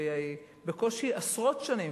בקושי עשרות שנים,